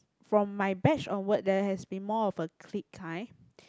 from my batch onward there has been more of a clique kind